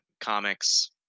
comics